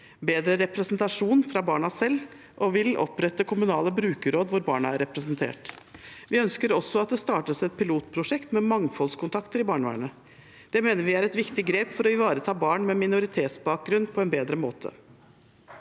bedre representasjon fra barna selv og vil opprette kommunale brukerråd, hvor barna er representert. Vi ønsker også at det startes et pilotprosjekt med mangfoldskontakter i barnevernet. Det mener vi er et viktig grep for å ivareta barn med minoritetsbakgrunn på en bedre måte.